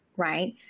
right